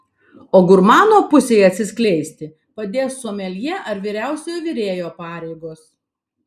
o gurmano pusei atsiskleisti padės someljė ar vyriausiojo virėjo pareigos